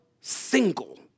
single